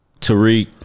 Tariq